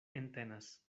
entenas